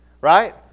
Right